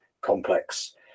complex